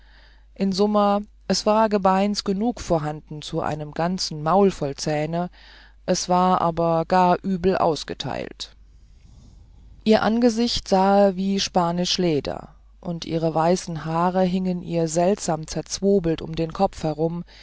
in summa es war gebeins genug vorhanden zu einem ganzen maul voll zähne es war aber gar übel ausgeteilt ihr angesicht sahe wie spanisch leder und ihre weiße haare hiengen ihr seltsam zerstrobelt um den kopf herum